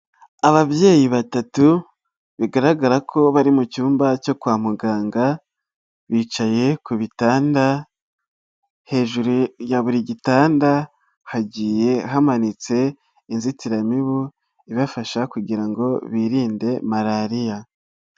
Ababyeyi batatu bigaragara ko bari mu cyumba cyo kwa muganga, bicaye ku bitanda hejuru ya buri gitanda hagiye hamanitse inzitiramibu, ibafasha kugira ngo birinde Malariya.